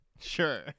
sure